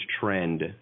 trend